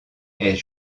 est